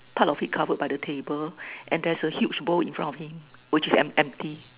part of it covered by the table and there's a huge bowl in front of him which is an empty